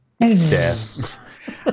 Death